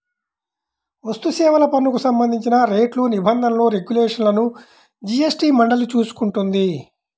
వస్తుసేవల పన్నుకు సంబంధించిన రేట్లు, నిబంధనలు, రెగ్యులేషన్లను జీఎస్టీ మండలి చూసుకుంటుంది